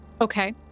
Okay